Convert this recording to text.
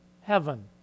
Heaven